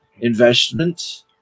investment